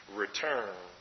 return